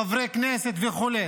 חברי כנסת וכו'.